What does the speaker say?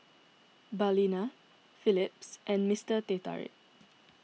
Balina Phillips and Mister Teh Tarik